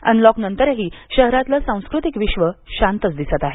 unlock नंतरही शहरातल सांस्कृतिक विश्व शांतच दिसतं आहे